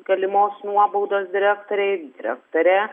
galimos nuobaudos direktorei direktorė